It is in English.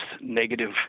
negative